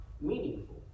meaningful